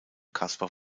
kaspar